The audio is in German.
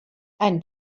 ein